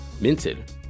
minted